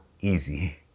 easy